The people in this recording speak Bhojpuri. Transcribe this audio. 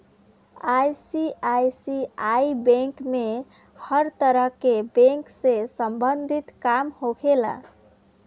आई.सी.आइ.सी.आइ बैंक में हर तरह के बैंक से सम्बंधित काम होखेला